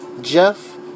Jeff